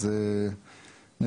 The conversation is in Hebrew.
אז כאמור,